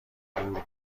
بور